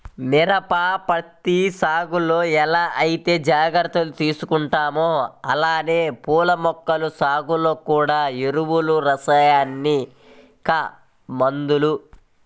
మిరప, పత్తి సాగులో ఎలా ఐతే జాగర్తలు తీసుకుంటామో అలానే పూల మొక్కల సాగులో గూడా ఎరువులు, రసాయనిక మందులు